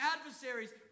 adversaries